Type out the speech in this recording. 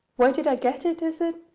where did i get it, is it?